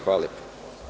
Hvala lepo.